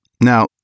Now